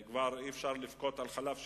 אי-אפשר לבכות על חלב שנשפך,